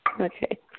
Okay